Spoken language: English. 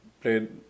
played